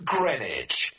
Greenwich